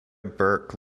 burke